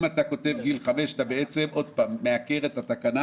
אם אתה כותב "גיל חמש" אתה בעצם מעקר את התקנה